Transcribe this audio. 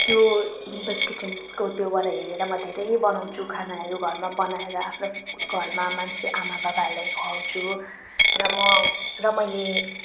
त्यो डिम्पल्स किचन्सको त्योबाट हेरेर म धेरै बनाउँछु खानाहरू घरमा बनाएर आफ्नो घरमा मान्छे आमाबाबाहरूलाई खुवाउँछु र म र मैले